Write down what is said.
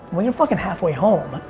when you're fucking halfway home.